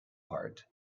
part